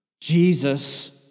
Jesus